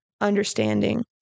understanding